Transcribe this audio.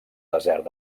desert